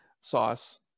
sauce